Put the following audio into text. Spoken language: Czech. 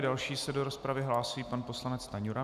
Další se do rozpravy hlásí pan poslanec Stanjura.